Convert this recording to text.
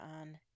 on